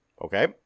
okay